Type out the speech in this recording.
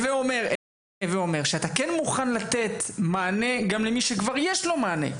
הווה אומר שאתה כן מוכן לתת מענה גם למי שכבר יש לו מענה.